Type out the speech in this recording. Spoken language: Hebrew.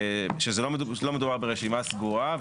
לא מדובר ברשימה סגורה,